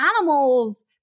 animals